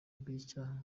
bw’icyaha